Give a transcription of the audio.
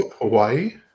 hawaii